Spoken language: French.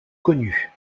connue